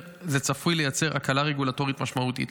צפוי לייצר הקלה רגולטורית משמעותית.